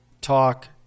talk